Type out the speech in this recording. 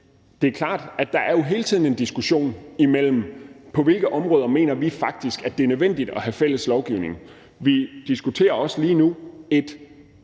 det er jo klart, at der hele tiden er en diskussion om, på hvilke områder vi faktisk mener at det er nødvendigt at have fælles lovgivning. Vi diskuterer også lige nu et